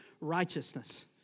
righteousness